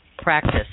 practice